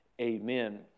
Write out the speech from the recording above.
Amen